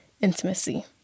Intimacy